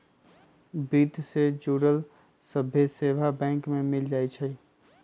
वित्त से जुड़ल सभ्भे सेवा बैंक में मिल जाई छई